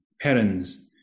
parents